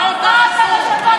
התאגיד.